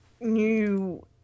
new